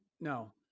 No